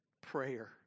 prayer